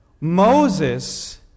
Moses